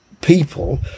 people